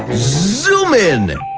zoom in.